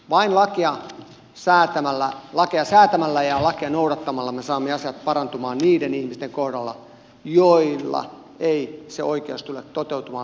vain lakeja säätämällä ja lakeja noudattamalla me saamme asiat parantumaan niiden ihmisten kohdalla joilla ei se oikeus tule toteutumaan pelkällä hyvällä tahdolla